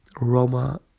Roma